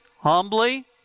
humbly